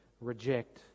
reject